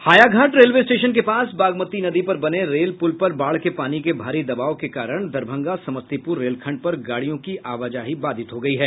Hayaghat railway station के पास बागमती नदी पर बने रेल पूल पर बाढ़ के पानी के भारी दवाब के कारण दरभंगा समस्तीपुर रेलखंड पर गाड़ियों की आवाजाही बाधित हो गयी है